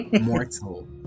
Mortal